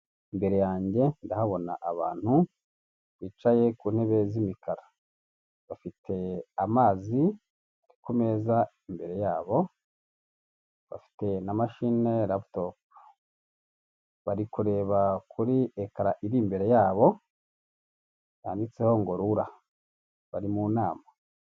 Imbere yanjye ndahabona abantu bicaye ku ntebe z'imikara, bafite amazi ari ku meza imbere yabo, bafite na mashine, laptop, bari kureba kuri ekara iri imbere yabo yanditseho, ngo rura bari mu nama.